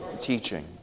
teaching